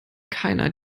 keiner